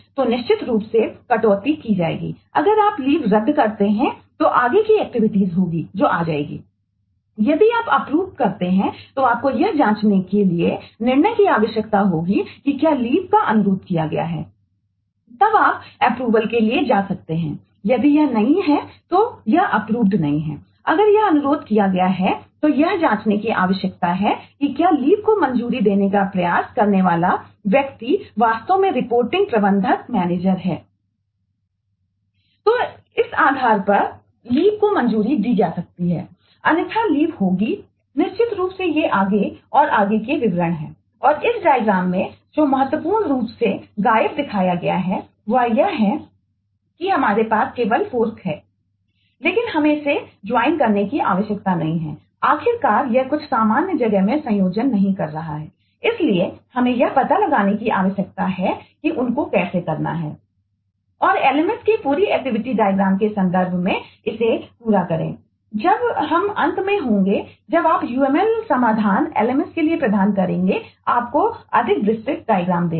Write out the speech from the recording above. तो इस आधार पर कि लीवदेगा